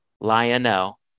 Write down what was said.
Lionel